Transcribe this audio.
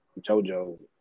jojo